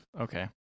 Okay